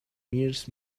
nearest